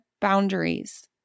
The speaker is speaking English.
boundaries